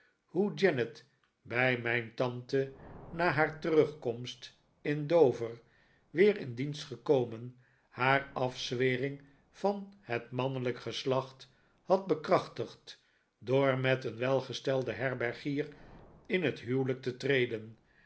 hoe janet bij mijn tante na haar temgkomst in dover weer in dienst gekomen haar afzwering van het mannelijke geslacht had bekrachtigd door met een welgestelden herbergier in het huwelijk te treden